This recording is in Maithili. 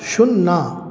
सुन्ना